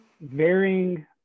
varying